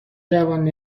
جوانب